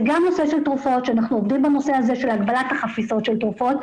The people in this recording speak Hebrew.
זה גם נושא של תרופות שאנחנו עובדים על הגבלת החפיסות של תרופות,